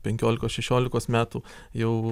penkiolikos šešiolikos metų jau